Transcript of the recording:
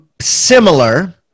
similar